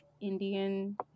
indian